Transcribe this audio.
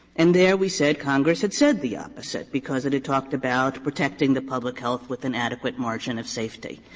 and there we said congress had said the ah ah opposite because it had talked about protecting the public health with an adequate margin of safety.